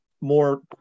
more